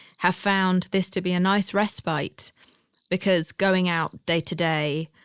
have found this to be a nice respite because going out day to day,